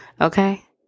Okay